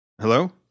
Hello